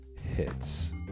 hits